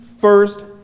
first